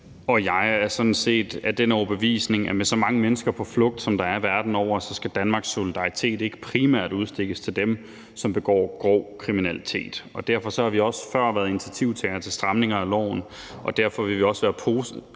og jeg er sådan set af den overbevisning, at med så mange mennesker på flugt, som der er verden over, så skal Danmarks solidaritet ikke primært udstikkes til dem, som begår grov kriminalitet, og derfor har vi også før været initiativtagere til stramninger af loven, og derfor har vi også været positive